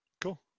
Cool